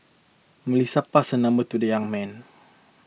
Melissa passed her number to the young man